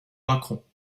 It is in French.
macron